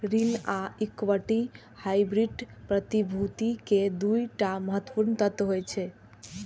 ऋण आ equity hybrid प्रतिभूति के दू टा महत्वपूर्ण तत्व होइ छै